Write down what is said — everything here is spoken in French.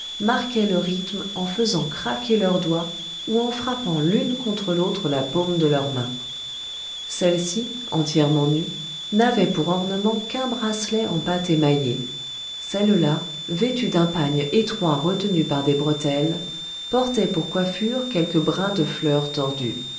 marquaient le rythme en faisant craquer leurs doigts ou en frappant l'une contre l'autre la paume de leurs mains celles-ci entièrement nues n'avaient pour ornement qu'un bracelet en pâte émaillée celles-là vêtues d'un pagne étroit retenu par des bretelles portaient pour coiffure quelques brins de fleurs tordus